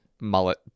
mullet